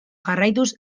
jarraituz